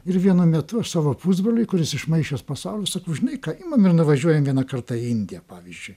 ir vienu metu aš savo pusbroliui kuris išmaišęs pasaulį sakau žinai ką imam ir nuvažiuojam vieną kartą į indiją pavyzdžiui